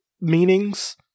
meanings